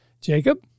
Jacob